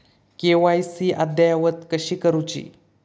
KYC अद्ययावत कशी करुची?